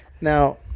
now